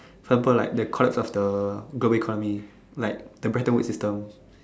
for example like the collapse of the global economy like the better wood system